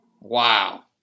Wow